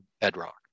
bedrock